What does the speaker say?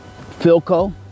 Philco